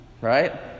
Right